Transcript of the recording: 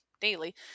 daily